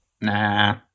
Nah